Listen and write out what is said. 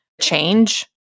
change